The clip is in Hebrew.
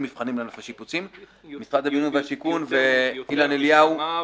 עבד אל חכים חאג' יחיא (הרשימה המשותפת):